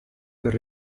per